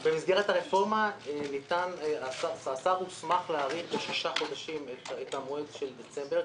במסגרת הרפורמה השר הוסמך להאריך בשישה חודשים את המועד אחרי דצמבר.